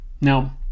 Now